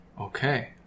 Okay